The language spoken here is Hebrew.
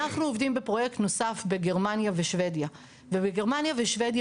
אנחנו עובדים בפרויקט נוסף בגרמניה ושוודיה ובגרמניה ושוודיה